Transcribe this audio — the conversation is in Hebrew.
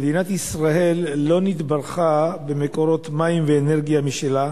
מדינת ישראל לא נתברכה במקורות מים ואנרגיה משלה,